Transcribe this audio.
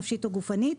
נפשית או גופנית.